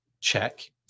Check